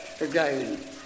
again